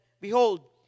Behold